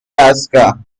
alaska